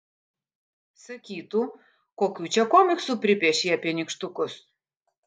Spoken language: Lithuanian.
sakytų kokių čia komiksų pripiešei apie nykštukus